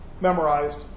memorized